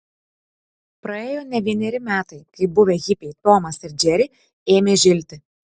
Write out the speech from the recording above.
praėjo ne vieneri metai kai buvę hipiai tomas ir džeri ėmė žilti